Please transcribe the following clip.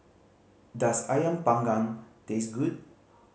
does Ayam Panggang taste good